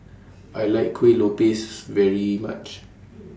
I like Kueh Lopes very much